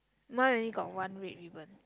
mine only got one red ribbon